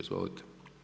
Izvolite.